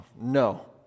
No